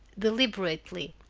deliberately,